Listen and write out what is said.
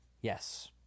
Yes